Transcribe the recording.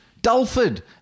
Dulford